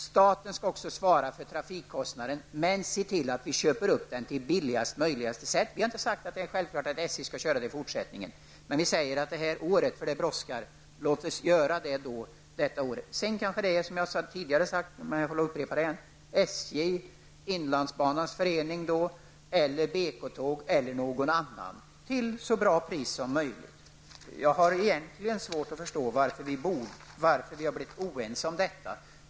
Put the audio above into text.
Staten skall också svara för trafikkostnaden, men se till att vi köper upp trafiken på billigaste möjliga sätt. Vi har inte sagt att det är självklart att SJ skall bedriva trafiken i fortsättningen. Men vi säger att SJ skall ha ansvaret det här året, för det brådskar. Låt oss göra på det sättet detta år. Sedan vill kanske, som jag tidigare har sagt, SJ, inlandsbanans förening, BK-tåg eller någon annan ta över till så bra pris som möjligt. Jag har egentligen svårt att förstå varför vi har blivit oense om detta.